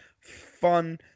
fun